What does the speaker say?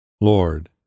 Lord